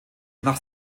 nach